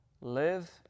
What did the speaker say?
live